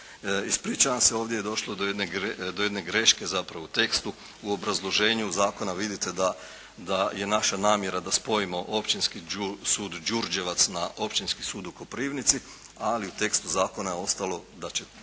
Ispričavam se, ovdje je došlo do jedne greške zapravo u tekstu. U obrazloženju zakona vidite da je naša namjera da spojimo Općinski sud Đurđevac na Općinski sud u Koprivnici ali u tekstu zakona je ostalo kao